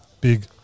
big